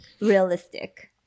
realistic